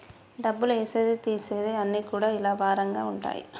డబ్బులు ఏసేది తీసేది అన్ని కూడా ఇలా వారంగా ఉంటయి